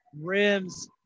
rims